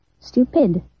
stupid